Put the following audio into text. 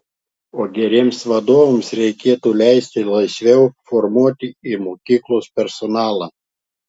o geriems vadovams reikėtų leisti laisviau formuoti ir mokyklos personalą